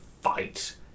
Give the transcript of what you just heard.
fight